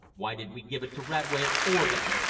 why did we give it to radway at four, then?